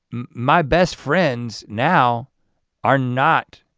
my best friends now are not